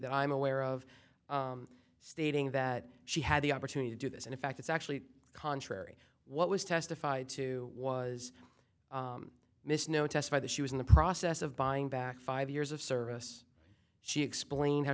that i'm aware of stating that she had the opportunity to do this and in fact it's actually contrary what was testified to was miss no testify that she was in the process of buying back five years of service she explained how